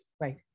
Right